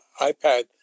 iPad